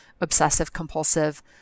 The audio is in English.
obsessive-compulsive